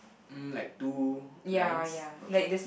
mm like two lines okay